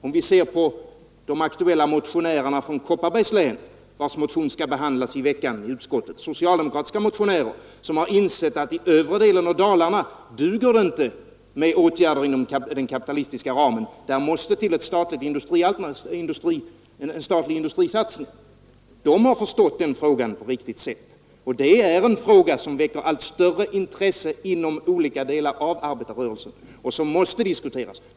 De aktuella socialdemokratiska motionärerna från Kopparbergs län, vilkas motion skall behandlas i utskottet i veckan, har insett att i övre delen av Dalarna duger det inte med åtgärder inom den kapitalistiska ramen — där måste en statlig industrisatsning göras. De har förstått den frågan på ett riktigt sätt. Detta är en fråga som väcker allt större intresse inom olika delar av arbetarrörelsen och som måste diskuteras.